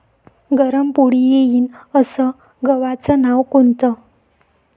नरम पोळी येईन अस गवाचं वान कोनचं?